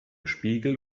spiegel